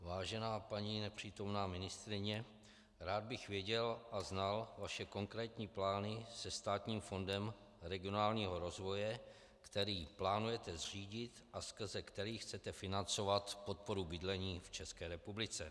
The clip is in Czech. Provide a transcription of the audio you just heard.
Vážená paní nepřítomná ministryně, rád bych věděl a znal vaše konkrétní plány se státním fondem regionálního rozvoje, který plánujete zřídit a skrze který chcete financovat podporu bydlení v České republice.